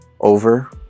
over